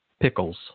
pickles